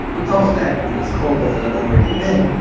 on top of that, and as cold as it had already been,